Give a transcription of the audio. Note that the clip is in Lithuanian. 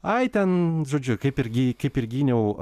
ai ten žodžiu kaip irgy kaip ir gyniau